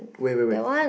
where where where